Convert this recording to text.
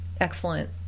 excellent